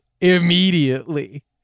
immediately